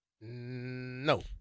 No